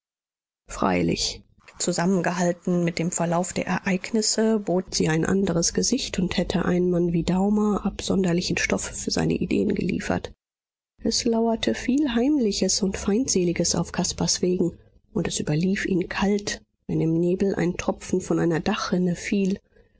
freilich zusammengehalten mit dem verlauf der ereignisse bot sie ein andres gesicht und hätte einem mann wie daumer absonderlichen stoff für seine ideen geliefert es lauerte viel heimliches und feindseliges auf caspars wegen und es überlief ihn kalt wenn im nebel ein tropfen von einer dachrinne fiel